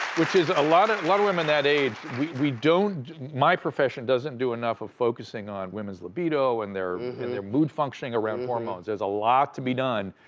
which is a and lot of women that age, we don't, my profession doesn't do enough of focusing on women's libido and their and their mood functioning around hormones. there's a lot to be done.